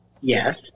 Yes